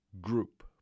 Group